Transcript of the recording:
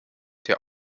der